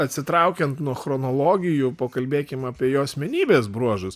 atsitraukiant nuo chronologijų pakalbėkim apie jo asmenybės bruožus